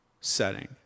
setting